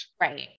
Right